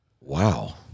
Wow